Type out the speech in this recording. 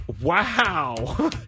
Wow